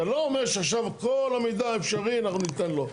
זה לא אומר שעכשיו כל המידע האפשרי אנחנו ניתן לו.